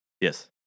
Yes